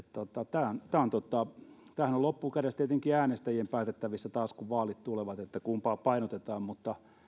tämähän on loppukädessä tietenkin äänestäjien päätettävissä taas kun vaalit tulevat kumpaa painotetaan mutta